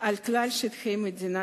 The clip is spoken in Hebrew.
על כלל שטחי המדינה